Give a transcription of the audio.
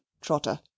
Trotter